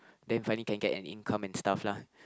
then finally can get an income and stuff lah